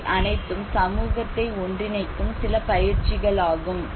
இவை அனைத்தும் சமூகத்தை ஒன்றிணைக்கும் சில பயிற்சிகள் ஆகும்